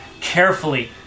carefully